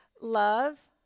love